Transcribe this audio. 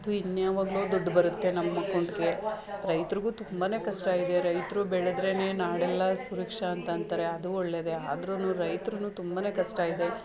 ಅದು ಇನ್ಯಾವಾಗಲೋ ದುಡ್ಡು ಬರುತ್ತೆ ನಮ್ಮ ಅಕೌಂಟಿಗೆ ರೈತರಿಗೂ ತುಂಬನೇ ಕಷ್ಟ ಇದೆ ರೈತರು ಬೆಳೆದರೇನೆ ನಾಡೆಲ್ಲ ಸುರಕ್ಷಾ ಅಂತ ಅಂತಾರೆ ಅದು ಒಳ್ಳೆಯದೇ ಆದ್ರೂ ರೈತ್ರಿಗೂ ತುಂಬನೇ ಕಷ್ಟ ಇದೆ